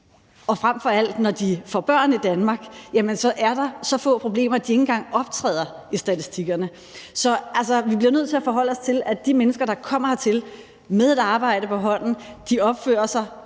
og frem for alt er der, når de får børn i Danmark, så få problemer med dem, at de ikke engang optræder i statistikkerne. Så vi bliver nødt til at forholde os til, at de mennesker, der kommer her til landet med et arbejde på hånden, tydeligvis opfører sig